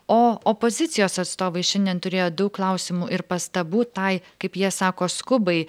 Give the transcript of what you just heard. o opozicijos atstovai šiandien turėjo daug klausimų ir pastabų tai kaip jie sako skubai